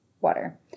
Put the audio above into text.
water